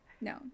No